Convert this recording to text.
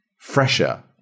fresher